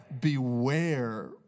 Beware